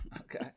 Okay